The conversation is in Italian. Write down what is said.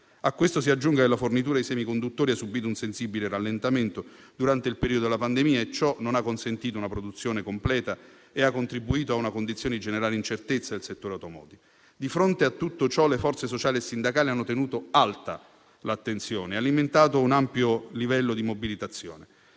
A questo si aggiunga che la fornitura di semiconduttori ha subìto un sensibile rallentamento durante il periodo della pandemia; ciò non ha consentito una produzione completa e ha contribuito a una condizione di generale incertezza del settore *automotive*. Di fronte a tutto ciò, le forze sociali e sindacali hanno tenuto alta l'attenzione e alimentato un ampio livello di mobilitazione.